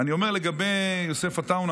אני אומר לגבי יוסף עטאונה,